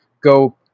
go